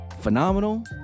phenomenal